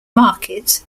market